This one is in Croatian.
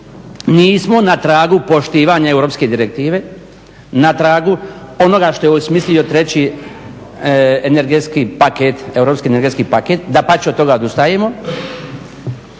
nismo na tragu poštivanja europske direktive, na tragu onoga što je osmislio treći europski energetski paket, dapače od toga odustajemo